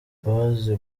bazi